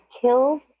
killed